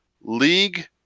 league-